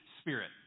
Spirit